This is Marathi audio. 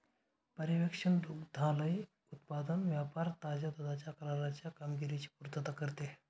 पर्यवेक्षण दुग्धालय उत्पादन व्यापार ताज्या दुधाच्या कराराच्या कामगिरीची पुर्तता करते